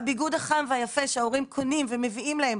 הביגוד החם והיפה שההורים קונים ומביאים להם.